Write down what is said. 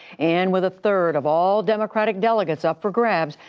and with a third of all democratic delegates up for grabs,